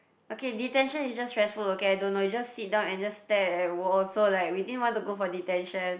okay detention is just stressful okay I don't know you just sit down and just stare at wall so like we didn't want to go for detention